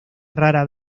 rara